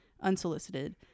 unsolicited